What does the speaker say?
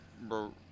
Bro